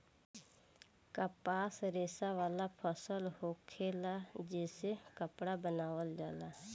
कपास रेशा वाला फसल होखेला जे से कपड़ा बनावल जाला